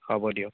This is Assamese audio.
হ'ব দিয়ক